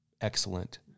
excellent